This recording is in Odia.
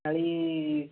ଖାଲି